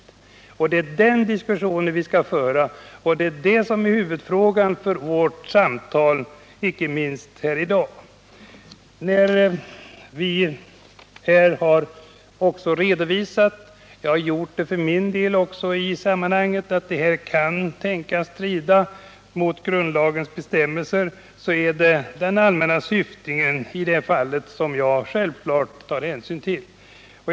Det är huvudfrågan för vår diskussion här i dag. När jag för min del har redovisat att denna registrering kan tänkas strida mot grundlagens bestämmelser, så har jag tagit hänsyn till det allmänna syftet i grundlagens bestämmelser.